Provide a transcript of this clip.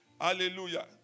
Hallelujah